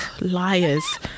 Liars